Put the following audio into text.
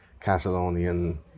Catalonian